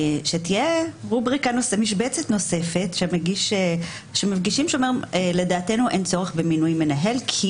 תהיה משבצת נוספת שאומרת שלדעתנו אין צורך במינוי מנהל כי